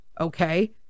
okay